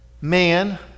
man